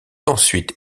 ensuite